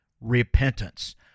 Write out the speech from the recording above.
Repentance